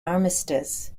armistice